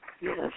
Yes